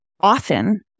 often